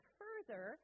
further